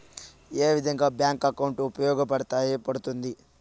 ఏ విధంగా bank account ఉపయోగపడతాయి పడ్తుంది